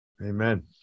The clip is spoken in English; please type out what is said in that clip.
Amen